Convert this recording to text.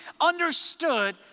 understood